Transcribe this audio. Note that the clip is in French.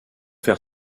faire